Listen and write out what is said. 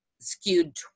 skewed